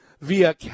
via